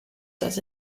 does